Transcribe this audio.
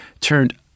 turned